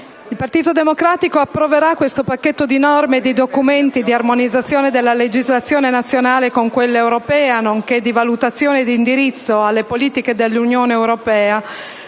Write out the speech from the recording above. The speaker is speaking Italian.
del Ppartito Democratico voterà a favore di questo pacchetto di norme e documenti di armonizzazione della legislazione nazionale con quella europea, nonché di valutazione e di indirizzo alle politiche dell'Unione europea,